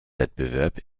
wettbewerb